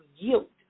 guilt